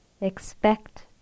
Expect